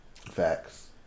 Facts